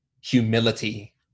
humility